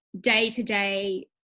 day-to-day